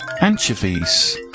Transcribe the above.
anchovies